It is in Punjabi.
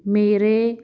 ਮੇਰੇ